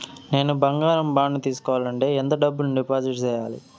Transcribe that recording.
నేను బంగారం బాండు తీసుకోవాలంటే ఎంత డబ్బును డిపాజిట్లు సేయాలి?